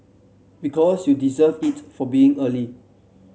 because you deserve it for being early